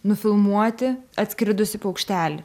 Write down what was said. nufilmuoti atskridusį paukštelį